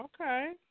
Okay